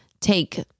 take